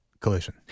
collision